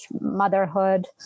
motherhood